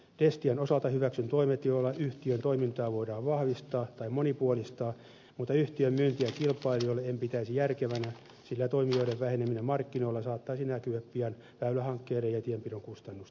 destian osalta hyväksyn toimet joilla yhtiön toimintaa voidaan vahvistaa tai monipuolistaa mutta yhtiön myyntiä kilpailijoille en pitäisi järkevänä sillä toimijoiden väheneminen markkinoilla saattaisi näkyä pian väylähankkeiden ja tienpidon kustannusten nousuna